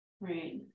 Right